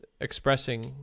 expressing